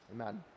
amen